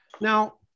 Now